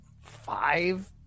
five